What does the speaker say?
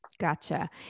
Gotcha